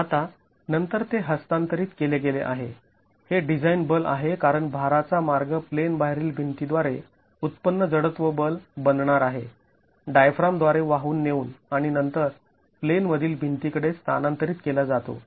आता नंतर ते हस्तांतरित केले गेले आहे हे डिझाईन बल आहे कारण भाराचा मार्ग प्लेन बाहेरील भिंतींद्वारे उत्पन्न जडत्व बल बनणार आहे डायफ्रामद्वारे वाहून नेऊन आणि नंतर प्लेनमधील भिंतीकडे स्थानांतरित केला जातो